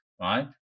right